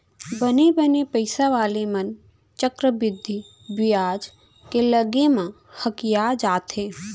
बने बने पइसा वाले मन चक्रबृद्धि बियाज के लगे म हकिया जाथें